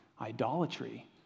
idolatry